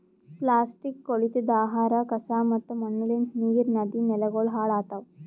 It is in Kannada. ಪ್ಲಾಸ್ಟಿಕ್, ಕೊಳತಿದ್ ಆಹಾರ, ಕಸಾ ಮತ್ತ ಮಣ್ಣಲಿಂತ್ ನೀರ್, ನದಿ, ನೆಲಗೊಳ್ ಹಾಳ್ ಆತವ್